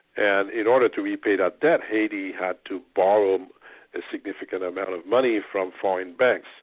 and in order to repay that debt, haiti had to borrow a significant amount of money from foreign banks.